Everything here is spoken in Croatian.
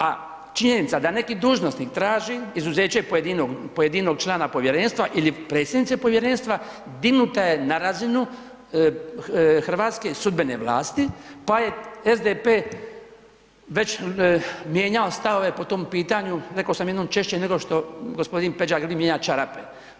A činjenica da neki dužnosnik traži izuzeće pojedinog člana Povjerenstva ili predsjednice Povjerenstva, dignuta je na razinu hrvatske sudbene vlasti, pa je SDP već mijenjao stavove po tom pitanju, rekao sam jednom češće nego što g. Peđa Grbin mijenja čarape.